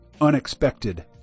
unexpected